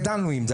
גדלנו עם זה,